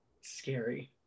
Scary